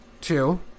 Two